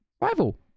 Rival